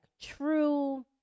true